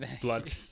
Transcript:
blood